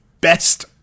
best